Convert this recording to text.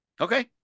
Okay